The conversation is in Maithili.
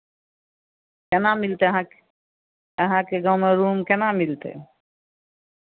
केना मिलतै अहाँके अहाँके गाँवमे रूम केना मिलतै